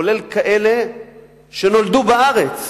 כולל כאלה שנולדו בארץ,